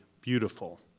beautiful